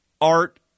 art